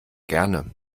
gerne